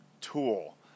tool